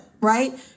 Right